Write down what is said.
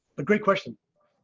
a great question.